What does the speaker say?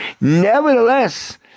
nevertheless